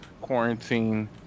quarantine